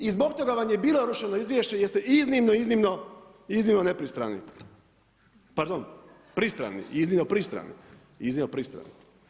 I zbog toga vam je bilo rušeno izvješće jer ste iznimno, iznimno nepristrani, pardon pristrani, iznimno pristrani, iznimno pristrani.